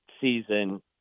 season